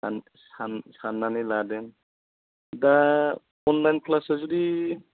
सान सान साननानै लादों दा अनलाइन क्लासा जुदि